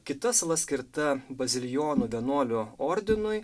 kita sala skirta bazilijonų vienuolių ordinui